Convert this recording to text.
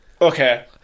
okay